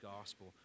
gospel